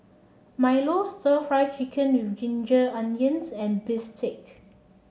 Milo stir Fry Chicken with Ginger Onions and Bistake